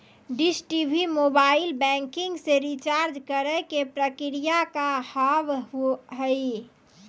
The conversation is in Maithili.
डिश टी.वी मोबाइल बैंकिंग से रिचार्ज करे के प्रक्रिया का हाव हई?